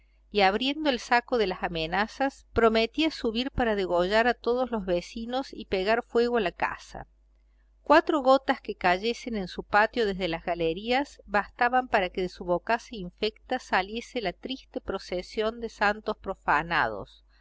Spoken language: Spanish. y abriendo el saco de las amenazas prometía subir para degollar a todos los vecinos y pegar fuego a la casa cuatro gotas que cayesen en su patio desde las galerías bastaban para que de su bocaza infecta saliese la triste procesión de santos profanados con